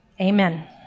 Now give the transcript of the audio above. Amen